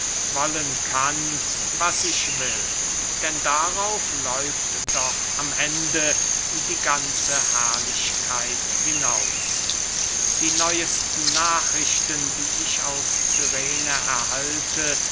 wollen kann was ich will denn darauf läuft doch am ende die ganze herrlichkeit hinaus die neuesten nachrichten die ich aus cyrene erhalte